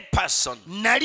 person